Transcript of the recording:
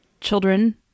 Children